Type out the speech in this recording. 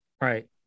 Right